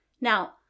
Now